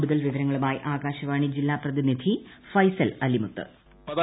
കൂടുതൽ വിവരങ്ങളുമായി ആകാശവാണി ജില്ലാ പ്രതിനിധി ഫൈസൽ അലിമുത്ത് വോയിസ്